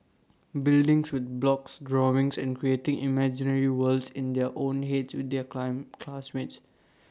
buildings with blocks drawings and creating imaginary worlds in their own heads with their claim classmates